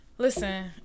Listen